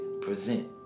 present